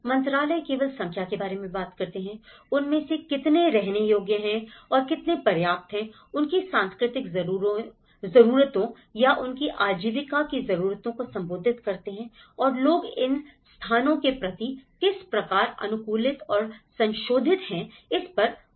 मंत्रालय केवल संख्या के बारे में बात करते हैं उनमें से कितने रहने योग्य हैं और कितने पर्याप्त हैं उनकी सांस्कृतिक जरूरतों या उनकी आजीविका की जरूरतों को संबोधित करते हैं और लोग इन स्थानों के प्रति किस प्रकार अनुकूलित और संशोधित है इस पर अधिक ध्यान देते हैं